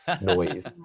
noise